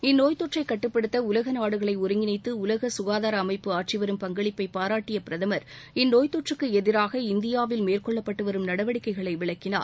இந்நோய்த் தொற்றை கட்டுப்படுத்த உலக நாடுகளை ஒருங்கிணைத்து உலக சுகாதார அமைப்பு ஆற்றிவரும் பங்களிப்பை பாராட்டிய பிரதமர் இந்நோய்த் தொற்றுக்கு எதிராக இந்தியாவில் மேற்கொள்ளப்பட்டுவரும் நடவடிக்கைகளை விளக்கினார்